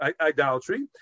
idolatry